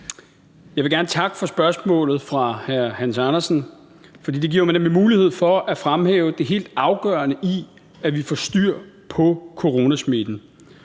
Jeg vil gerne takke for spørgsmålet fra hr. Hans Andersen, for det giver mig nemlig mulighed for at fremhæve det helt afgørende i, at vi får styr på coronasmitten.